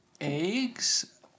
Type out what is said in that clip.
eggs